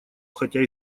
хотя